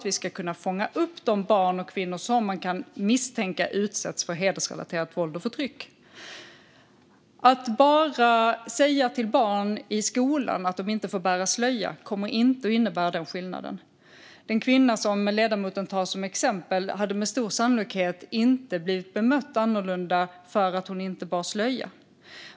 Vi ska kunna fånga upp de barn och kvinnor som man kan misstänka utsätts för hedersrelaterat våld och förtryck. Att bara säga till barn i skolan att de inte får bära slöja kommer inte att innebära den skillnaden. Den kvinna som ledamoten tar som exempel hade med stor sannolikhet inte blivit bemött annorlunda för att hon inte bar slöja.